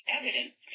evidence